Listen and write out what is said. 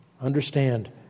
Understand